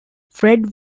fred